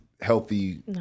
healthy